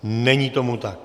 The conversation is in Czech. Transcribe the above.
Není tomu tak.